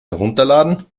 herunterladen